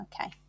okay